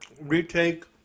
retake